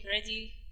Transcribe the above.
ready